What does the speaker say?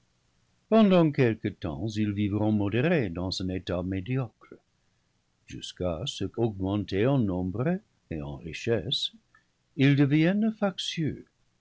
pendant quelque temps ils vivront modérés dans un état médiocre jusqu'à ce que augmentés en nombre et en richesses ils deviennent factieux